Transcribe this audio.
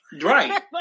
Right